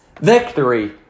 victory